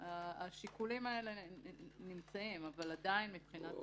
השיקולים האלה נמצאים אבל עדיין מבחינת